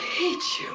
ha!